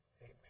amen